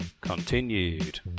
continued